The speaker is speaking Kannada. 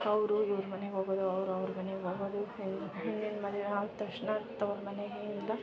ಅವರು ಇವ್ರ ಮನೆಗೆ ಹೋಗೋದು ಅವ್ರು ಅವ್ರ ಮನೆಗೆ ಹೋಗೋದು ಹಿಂದೆ ಹಿಂದಿನ ಮದುವೆ ಆದ ತಕ್ಷಣ ತವ್ರು ಮನೆಯಿಂದ